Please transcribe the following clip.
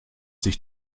sich